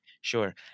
Sure